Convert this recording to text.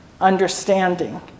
understanding